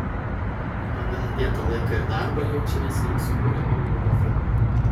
pagal įdėtą laiką ir darbą jaučiamės lyg sukūrę holivudo filmą